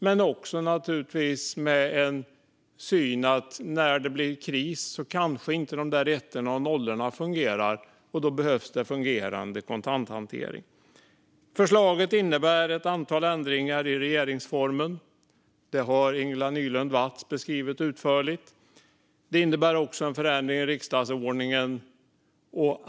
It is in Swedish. Det handlar även om synen att när det blir kris kanske inte de där ettorna och nollorna fungerar, och då behövs en fungerande kontanthantering. Förslaget innebär ett antal ändringar i regeringsformen, så som Ingela Nylund Watz utförligt har beskrivit. Det innebär också en förändring i riksdagsordningen.